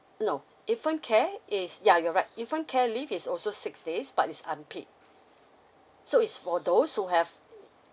no infant care is yeah you're right infant care leave is also six days but is unpaid so it's for those who have mmhmm